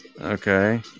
Okay